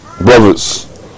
brothers